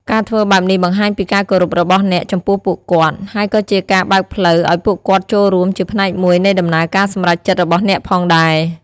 ការធ្វើបែបនេះបង្ហាញពីការគោរពរបស់អ្នកចំពោះពួកគាត់ ហើយក៏ជាការបើកផ្លូវឱ្យពួកគាត់ចូលរួមជាផ្នែកមួយនៃដំណើរការសម្រេចចិត្តរបស់អ្នកផងដែរ។